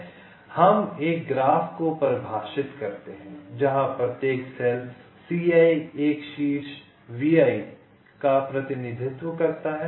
इसलिए हम एक ग्राफ को परिभाषित करते हैं जहां प्रत्येक सेल ci एक शीर्ष vi का प्रतिनिधित्व करता है